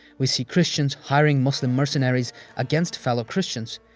we see christians hiring muslim mercenaries against fellow christians.